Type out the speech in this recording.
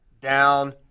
down